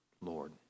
Lord